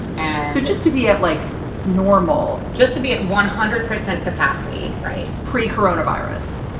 and so just to be at likes normal, just to be at one hundred percent capacity. right pre coronavirus.